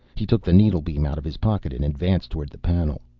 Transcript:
he took the needlebeam out of his pocket and advanced toward the panel.